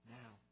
now